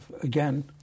again